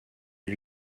eut